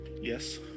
yes